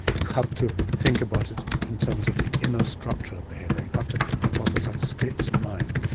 you have to think about it in terms of the inner structure behaviour. you have to hypothesise states of mind,